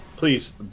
Please